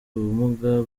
ubumuga